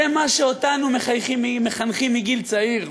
זה מה שאותנו מחנכים מגיל צעיר.